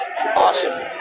awesome